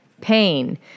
pain